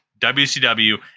WCW